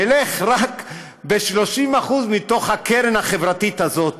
נלך רק על 30% מתוך הקרן החברתית הזאת.